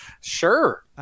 Sure